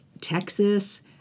Texas